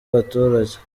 abaturage